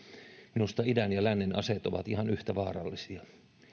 minusta idän ja lännen aseet ovat ihan yhtä vaarallisia